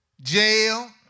jail